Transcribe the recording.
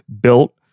built